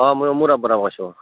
অঁ ময়ো পৰা কৈছোঁ